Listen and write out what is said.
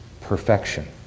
perfection